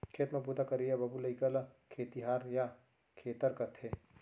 खेत म बूता करइया बाबू लइका ल खेतिहार या खेतर कथें